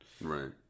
Right